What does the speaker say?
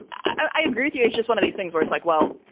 i agree with you. it's just one of these things where it's like, well,